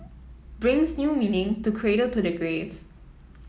brings new meaning to cradle to the grave